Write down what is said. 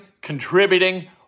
contributing